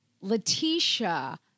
Letitia